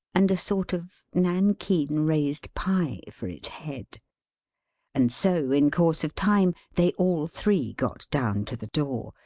and a sort of nankeen raised-pie for its head and so in course of time they all three got down to the door,